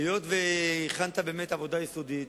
היות שהכנת באמת עבודה יסודית,